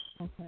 okay